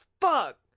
Fuck